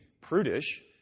prudish